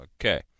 Okay